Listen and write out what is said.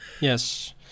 yes